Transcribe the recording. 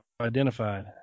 identified